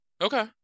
Okay